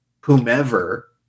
whomever